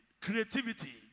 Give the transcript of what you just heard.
Creativity